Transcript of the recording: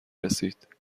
رسید